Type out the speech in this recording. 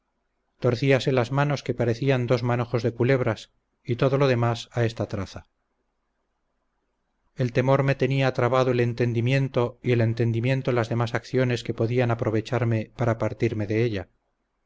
vaca torcíase las manos que parecían dos manojos de culebras y todo lo demás a esta traza el temor me tenía trabado el entendimiento y el entendimiento las demás acciones que podían aprovecharme para partirme de ella